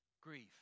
grief